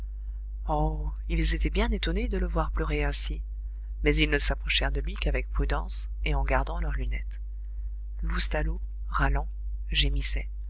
ils étaient bien étonnés de le voir pleurer ainsi mais ils ne s'approchèrent de lui qu'avec prudence et en gardant leurs lunettes loustalot râlant